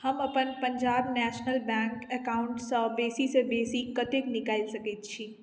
हम अपन Punjab National Bank अकाउंटसँ बेसीसँ बेसी कतेक निकालि सकैत छी